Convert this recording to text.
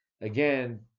Again